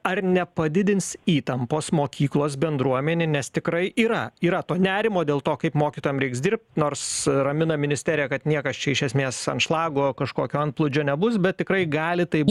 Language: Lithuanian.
ar nepadidins įtampos mokyklos bendruomenė nes tikrai yra yra to nerimo dėl to kaip mokytojam reiks dirbt nors ramina ministerija kad niekas čia iš esmės anšlago kažkokio antplūdžio nebus bet tikrai gali taip